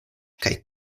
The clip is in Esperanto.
kaj